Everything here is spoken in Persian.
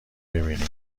ببینی